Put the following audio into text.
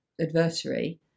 adversary